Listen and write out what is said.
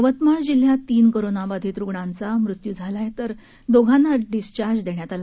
यवतमाळ जिल्ह्यात तीन कोरोनाबाधित रुणांचा मृत्यु झाला तर दोघांना डिस्चार्ज देण्यात आला